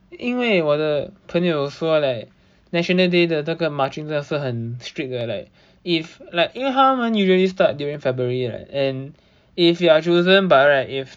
因为我的朋友说 like national day 的那个 march in 真的是很 strict 的 leh if like 因为他们 usually start during february and if you are chosen by right if